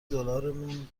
دلارمون